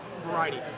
variety